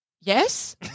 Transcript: yes